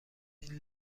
این